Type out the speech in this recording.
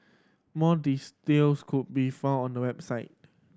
more could be found on the website